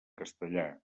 castellà